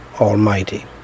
Almighty